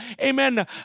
amen